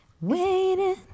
Waiting